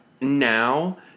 now